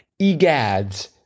Egads